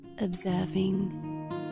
observing